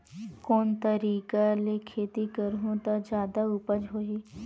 कोन तरीका ले खेती करहु त जादा उपज होही?